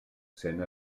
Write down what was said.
sent